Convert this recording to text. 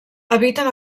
habiten